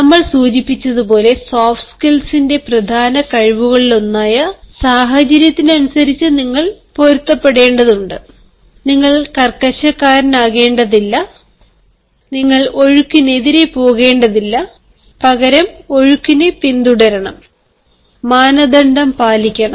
നമ്മൾ സൂചിപ്പിച്ചതുപോലെ സോഫ്റ്റ് സ്കിൽസിന്റെ പ്രധാന കഴിവുകളിലൊന്നായ സാഹചര്യത്തിനനുസരിച്ച് നിങ്ങൾ പൊരുത്തപ്പെടേണ്ടതുണ്ട് നിങ്ങൾ കർക്കശക്കാരനാകേണ്ടതില്ല നിങ്ങൾ ഒഴുക്കിനെതിരെ പോകേണ്ടതില്ല പകരം ഒഴുക്കിനെ പിന്തുടരണം മാനദണ്ഡം പാലിക്കണം